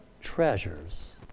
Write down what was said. treasures